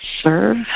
serve